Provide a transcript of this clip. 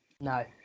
No